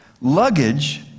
Luggage